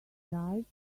dies